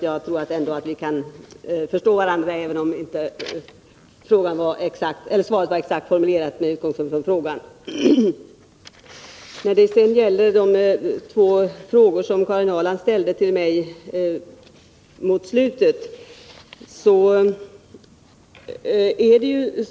Jag tror alltså att vi kan förstå varandra även om svaret inte var formulerat exakt med utgångspunkt från frågan. Karin Ahrland ställde två frågor i slutet av sitt anförande.